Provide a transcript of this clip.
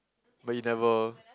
but you never